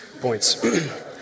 points